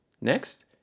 Next